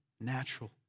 natural